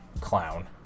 clown